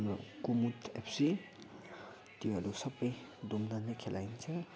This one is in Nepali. हाम्रो कुमुद एफसी त्योहरू सबै धुमधामले खेलाइन्छ